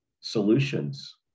solutions